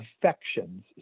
affections